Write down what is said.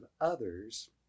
others